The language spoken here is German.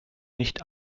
nicht